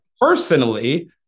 personally